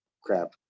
crap